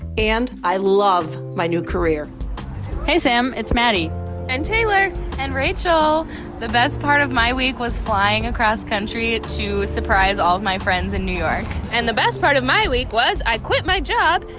and i love my new career hey, sam. it's maddie and taylor and rachel the best part of my week was flying across country to surprise all of my friends in new york and the best part of my week was i quit my job,